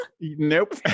Nope